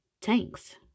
tanks